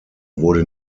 wurde